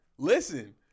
Listen